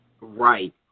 Right